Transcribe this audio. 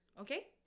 okay